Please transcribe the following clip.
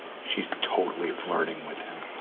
she's totally flirting with him.